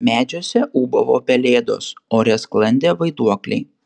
medžiuose ūbavo pelėdos ore sklandė vaiduokliai